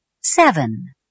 Seven